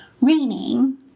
raining